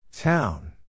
Town